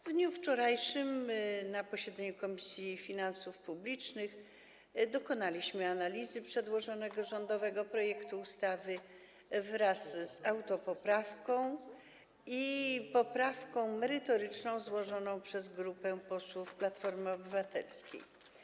W dniu wczorajszym na posiedzeniu Komisji Finansów Publicznych dokonaliśmy analizy przedłożonego rządowego projektu ustawy wraz z autopoprawką i poprawką merytoryczna złożoną przez grupę posłów Platformy Obywatelskiej.